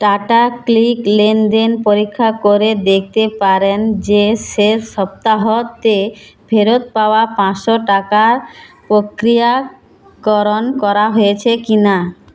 টাটাক্লিক লেনদেন পরীক্ষা করে দেখতে পারেন যে শেষ সপ্তাহতে ফেরত পাওয়া পাঁচশো টাকার প্রক্রিয়াকরণ করা হয়েছে কি না